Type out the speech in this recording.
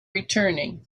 returning